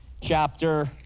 chapter